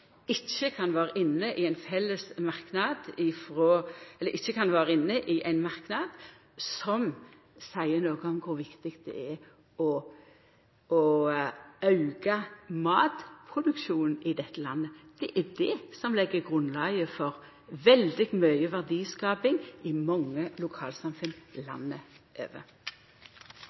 ikkje kan vera inne i ein merknad som seier noko om kor viktig det er å auka matproduksjonen i dette landet. Det er det som legg grunnlaget for veldig mykje verdiskaping i mange lokalsamfunn landet over.